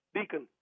Deacon